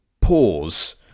pause